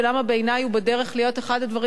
ולמה בעיני הוא בדרך להיות אחד הדברים